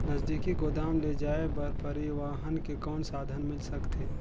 नजदीकी गोदाम ले जाय बर परिवहन के कौन साधन मिल सकथे?